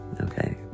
okay